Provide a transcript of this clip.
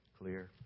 clear